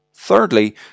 thirdly